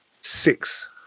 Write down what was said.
Six